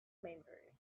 memory